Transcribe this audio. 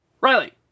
Riley